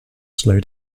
slow